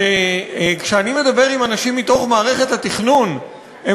שכשאני מדבר עם אנשים מתוך מערכת התכנון הם